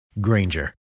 Granger